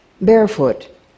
Barefoot